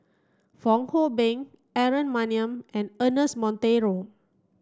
Fong Hoe Beng Aaron Maniam and Ernest Monteiro